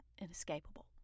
inescapable